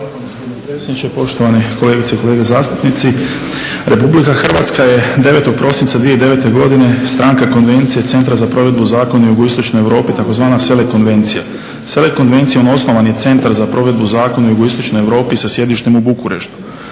predsjedniče. Poštovani kolegice i kolege zastupnici. Republika Hrvatska je 9. prosinca 2009. godine Stranka Konvencije Centra za provedbu zakona Jugoistočne Europe tzv. SELEC Konvencija. SELEC Konvencijom osnovan je Centar za provedbu zakona u Jugoistočnoj Europi sa sjedištem u Bukureštu.